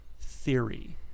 theory